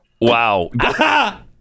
Wow